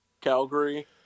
Calgary